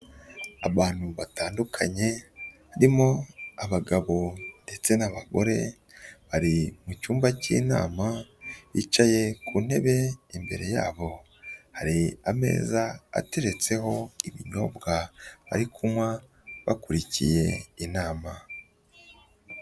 Abantu batandukanye barimo abagabo ndetse n'abagore, bari mu cyumba cy'inama, bicaye ku ntebe, imbere yabo hari ameza ateretseho ibinyobwa bari kunywa bakurikiye inama.